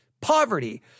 Poverty